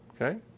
Okay